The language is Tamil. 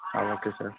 ah okay sir